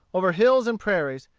over hills and prairies,